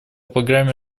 программе